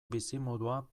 bizimodua